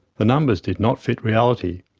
the numbers did not fit reality.